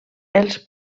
els